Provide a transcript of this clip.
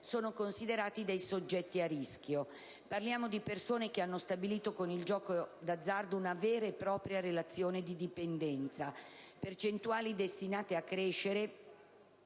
sono considerati dei soggetti a rischio. Parliamo di persone che hanno stabilito con il gioco di azzardo una vera e propria relazione di dipendenza. Tali percentuali sono destinate a crescere.